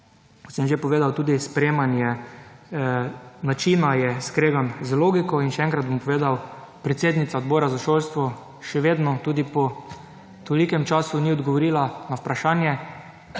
sem že povedal, tudi sprejemanje načina je skregan z logiko in še enkrat bom povedal, predsednica Odbora za šolstvo, še vedno, tudi po tolikem času ni odgovorila na vprašanje,